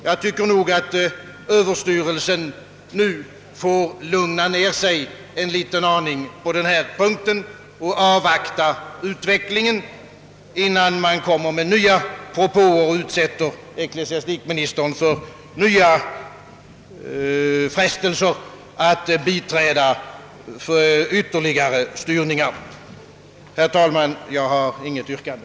Jag tycker att överstyrelsen nu får lugna ner sig en aning på denna punkt och avvakta utvecklingen innan nya propåer framläggs och ecklesiastikministern utsätts för nya frestelser att biträda ytterligare styrningar. Herr talman! Jag har inget yrkande.